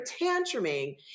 tantruming